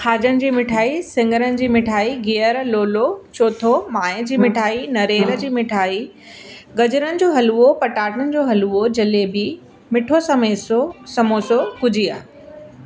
खाजनि जी मिठाई सिङरनि जी मिठाई ॻीहर लोलो चौथो माएं जी मिठाई नारेल जी मिठाई गजरनि जो हलुवो पटाटनि जो हलुवो जलेबी मिठो समेसो समोसो गुजिया